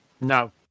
No